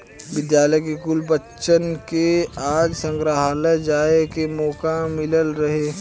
विद्यालय के कुछ बच्चन के आज संग्रहालय जाए के मोका मिलल रहे